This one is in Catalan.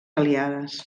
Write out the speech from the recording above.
aliades